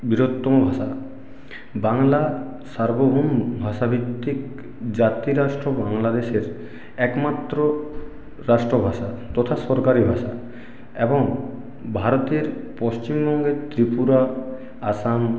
বৃহত্তম ভাষা বাংলা সার্বভৌম ভাষাভিত্তিক জাতিরাষ্ট্র বাংলাদেশের একমাত্র রাষ্ট্রভাষা তথা সরকারি ভাষা এবং ভারতের পশ্চিমবঙ্গের ত্রিপুরা আসাম